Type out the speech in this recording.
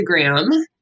Instagram